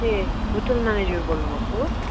ए hotel manager बोल्नुभएको हो